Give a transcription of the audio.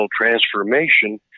transformation